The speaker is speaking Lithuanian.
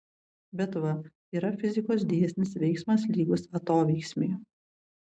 bet va yra fizikos dėsnis veiksmas lygus atoveiksmiui